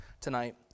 tonight